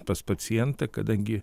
pas pacientą kadangi